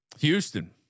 Houston